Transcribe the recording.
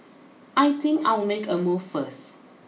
I think I'll make a move first